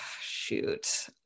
shoot